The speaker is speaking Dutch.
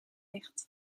ligt